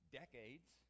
decades